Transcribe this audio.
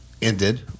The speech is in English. Ended